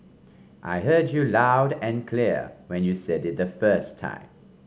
I heard you loud and clear when you said it the first time